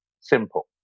Simple